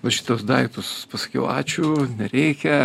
va šituos daiktus pasakiau ačiū nereikia